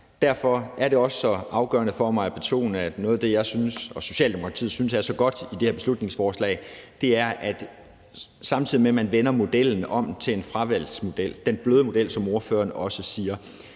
Derfor er det også så afgørende for mig at betone, at noget af det, jeg og Socialdemokratiet synes er så godt i det her beslutningsforslag, er, at samtidig med at man vender modellen om til en fravalgsmodel – den bløde model, som ordføreren også siger